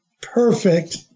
perfect